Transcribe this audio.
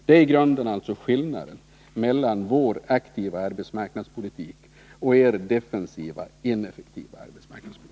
Det är i grunden skillnaden mellan vår aktiva arbetsmarknadspolitik och er defensiva och ineffektiva arbetsmarknadspolitik.